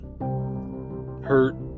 hurt